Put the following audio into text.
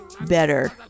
better